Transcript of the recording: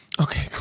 Okay